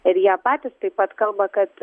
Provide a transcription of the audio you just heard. ir jie patys taip pat kalba kad